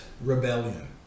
Rebellion